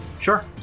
Sure